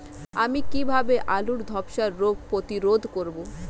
আমি কিভাবে আলুর ধ্বসা রোগ প্রতিরোধ করব?